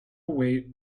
wait